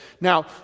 Now